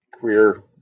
career